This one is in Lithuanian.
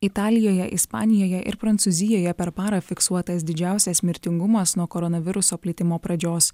italijoje ispanijoje ir prancūzijoje per parą fiksuotas didžiausias mirtingumas nuo koronaviruso plitimo pradžios